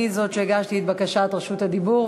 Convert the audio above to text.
אני זו שהגישה את בקשת רשות הדיבור,